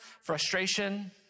frustration